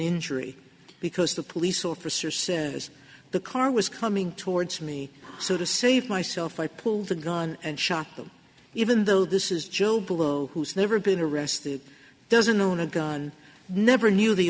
injury because the police officer says the car was coming towards me so to save myself i pulled the gun and shot them even though this is joe blow who's never been arrested doesn't own a gun never knew the